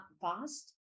fast